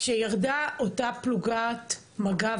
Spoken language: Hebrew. כשירדה אותה פלוגת מג"ב